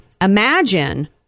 imagine